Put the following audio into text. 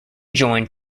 joined